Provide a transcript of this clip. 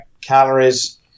calories